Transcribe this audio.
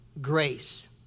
grace